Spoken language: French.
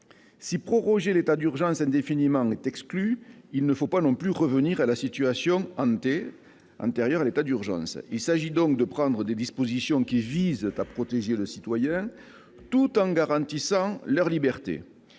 de proroger l'état d'urgence indéfiniment, il ne faut pas non plus revenir à la situation antérieure à l'état d'urgence. Il convient donc de prendre des dispositions qui visent à protéger les citoyens tout en garantissant leurs libertés